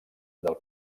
del